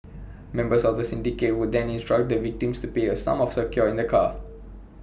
members of the syndicate would then instruct the victims to pay A sum of secure in the car